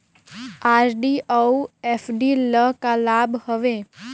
RD अऊ FD ल का लाभ हवे?